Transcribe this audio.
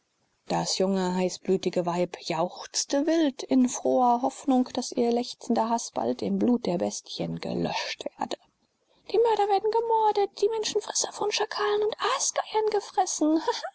das junge heißblütige weib jauchzte wild in froher hoffnung daß ihr lechzender haß bald im blut der bestien gelöscht werde die mörder werden gemordet die menschenfresser von schakalen und aasgeiern gefressen